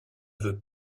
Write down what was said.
veut